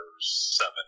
seven